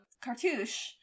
cartouche